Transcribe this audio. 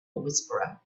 whisperer